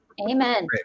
Amen